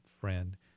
friend